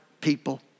people